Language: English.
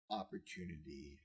opportunity